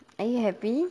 are you happy